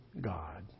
God